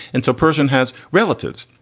and so persian has relatives.